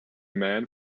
man